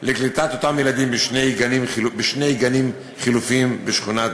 לקליטת אותם ילדים בשני גנים חלופיים בשכונת